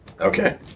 Okay